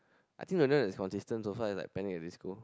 I think another one that is consistent also I like Panic At the Disco